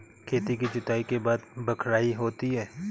खेती की जुताई के बाद बख्राई होती हैं?